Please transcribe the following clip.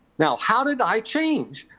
now, how did i change?